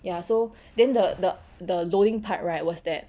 ya so then the the the loading part right was that